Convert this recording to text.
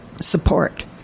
support